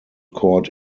cord